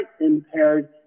impaired